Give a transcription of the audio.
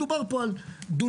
מדובר פה על דונמים,